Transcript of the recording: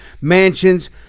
mansions